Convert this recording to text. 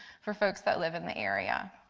for folks that live in the area.